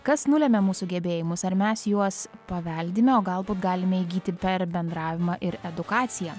kas nulemia mūsų gebėjimus ar mes juos paveldime o galbūt galime įgyti per bendravimą ir edukaciją